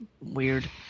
weird